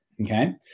Okay